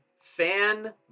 fan